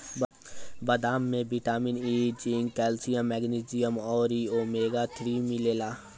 बदाम में vitamin E, zinc, calcium, magnesium अउरी ओमेगा थ्री मिलेला